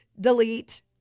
delete